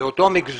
זה אותו מגזר